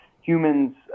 humans